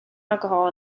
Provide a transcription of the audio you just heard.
alcohol